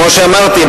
כמו שאמרתי,